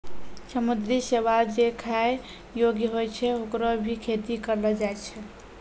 समुद्री शैवाल जे खाय योग्य होय छै, होकरो भी खेती करलो जाय छै